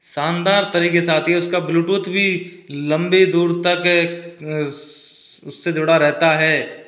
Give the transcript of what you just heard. शानदार तरीके से आती है उसका ब्लुटूथ भी लम्बी दूर तक उससे जुड़ा रहता है